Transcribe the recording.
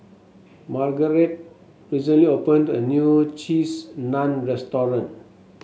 Margarete recently opened a new Cheese Naan Restaurant